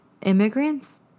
immigrants